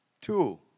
Two